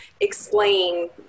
explain